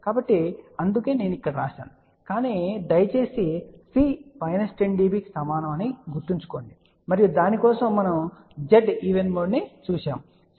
కాబట్టి అందుకే నేను అక్కడ వ్రాశాను కానీ దయచేసి C మైనస్ 10 dB కి సమానం అని గుర్తుంచుకోండి మరియు దాని కోసం మనము Z ఈవెన్ మోడ్ చూశాము 69